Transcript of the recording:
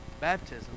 Baptism